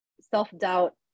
self-doubt